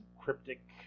cryptic